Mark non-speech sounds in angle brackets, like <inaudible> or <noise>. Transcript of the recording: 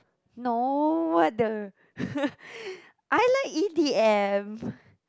no what the <laughs> I like E_D_M